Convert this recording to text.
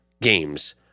games